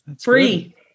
Free